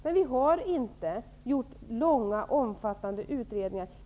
Men vi har inte gjort långa och omfattande utredningar.